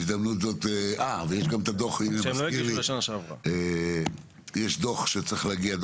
ויש גם דוח שנתי שצריך להגיע.